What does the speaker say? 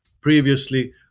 previously